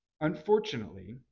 Unfortunately